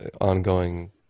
ongoing